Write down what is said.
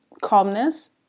calmness